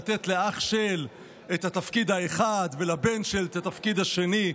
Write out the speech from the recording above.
לתת לאח-של את התפקיד האחד ולבן-של את התפקיד השני,